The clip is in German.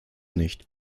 nicht